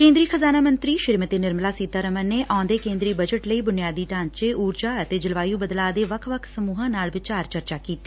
ਕੇਂਦਰੀ ਖਜ਼ਾਨਾ ਮੰਤਰੀ ਨਿਰਮਲਾ ਸੀਤਾਰਮਨ ਨੇ ਆਉਂਦੇ ਕੇਂਦਰੀ ਬਜਟ ਲਈ ਬੂਨਿਆਦੀ ਢਾਂਚੇ ਉਰਜਾ ਅਤੇ ਜਲਵਾਯੁ ਬਦਲਾਅ ਦੇ ਵੱਖ ਸਮੁਹਾਂ ਨਾਲ ਵਿਚਾਰ ਚਰਚਾ ਕੀਤੀ